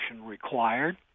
required